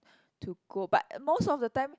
to go but most of the time